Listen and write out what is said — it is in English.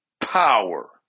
power